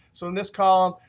so in this column,